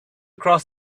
cross